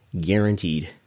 guaranteed